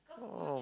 oh